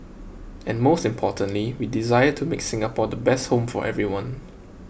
and most importantly we desire to make Singapore the best home for everyone